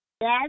yes